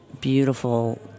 beautiful